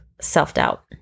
self-doubt